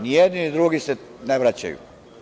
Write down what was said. Nijedni, ni drugi se ne vraćaju.